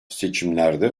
seçimlerde